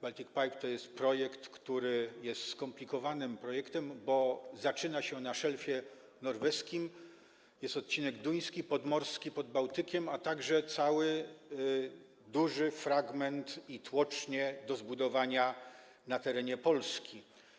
Baltic Pipe to jest projekt, który jest skomplikowanym projektem, bo zaczyna się na szelfie norweskim, jest odcinek duński, podmorski pod Bałtykiem, a także cały duży fragment i tłocznie do zbudowania na terenie Polski.